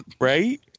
right